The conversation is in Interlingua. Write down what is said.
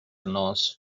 nos